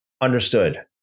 understood